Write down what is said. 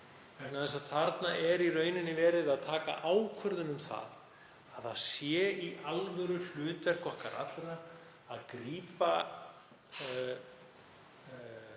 þess að þarna er í rauninni verið að taka ákvörðun um að það sé í alvöru hlutverk okkar allra að grípa börnin